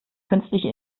künstliche